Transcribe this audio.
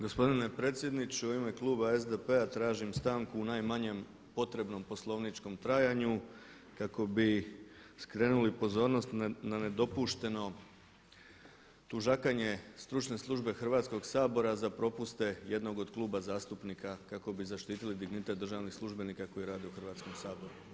Gospodine predsjedniče u ime kluba SDP-a tražim stanku u najmanjem potrebnom poslovničkom trajanju kako bi skrenuli pozornost na nedopušteno tužakanje Stručne službe Hrvatskog sabora za propuste jednog od kluba zastupnika kako bi zaštitili dignitet državnih službenika koji rade u Hrvatskom saboru.